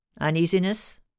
Uneasiness